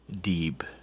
deep